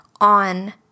on